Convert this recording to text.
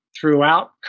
throughout